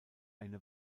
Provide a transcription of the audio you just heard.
eine